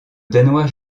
danois